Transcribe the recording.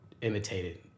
imitated